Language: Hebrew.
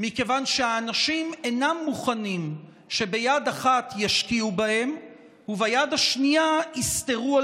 מכיוון שהאנשים אינם מוכנים שביד אחת ישקיעו בהם וביד השנייה יסטרו על